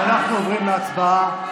אנחנו עוברים להצבעה,